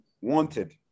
wanted